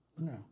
No